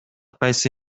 кайсы